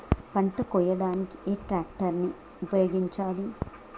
పంట కోయడానికి ఏ ట్రాక్టర్ ని ఉపయోగించాలి?